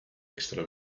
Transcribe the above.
extra